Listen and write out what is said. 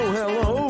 hello